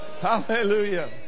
Hallelujah